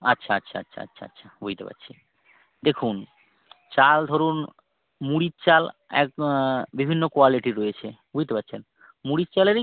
আচ্ছা আচ্ছা আচ্ছা আচ্ছা আচ্ছা বুঝতে পারছি দেখুন চাল ধরুন মুড়ির চাল এক বিভিন্ন কোয়ালিটির রয়েছে বুঝতে পারছেন মুড়ির চালেরই